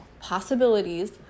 possibilities